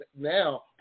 now